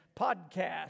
podcast